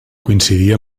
coincidir